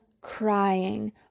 crying